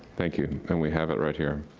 thank you, and we have it right here.